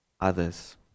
others